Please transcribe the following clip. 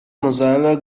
mozilla